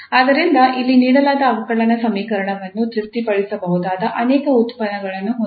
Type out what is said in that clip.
ಆದ್ದರಿಂದ ಇಲ್ಲಿ ನೀಡಲಾದ ಅವಕಲನ ಸಮೀಕರಣವನ್ನು ತೃಪ್ತಿಪಡಿಸಬಹುದಾದ ಅನೇಕ ಉತ್ಪನ್ನಗಳನ್ನು ಹೊಂದಿದ್ದೇವೆ